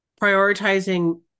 Prioritizing